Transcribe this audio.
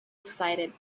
excited